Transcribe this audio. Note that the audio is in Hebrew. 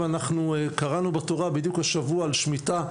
ואנחנו קראנו בתורה בדיוק השבוע על שמיטה,